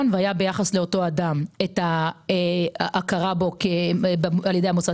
ביחס לאותו אדם את ההכרה בו על ידי המוסד